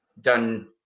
done